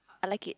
I like it